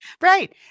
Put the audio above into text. Right